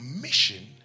mission